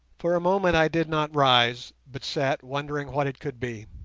for a moment i did not rise, but sat wondering what it could be.